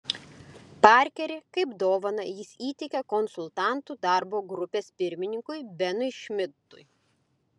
parkerį kaip dovaną jis įteikė konsultantų darbo grupės pirmininkui benui šmidtui